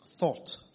thought